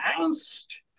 last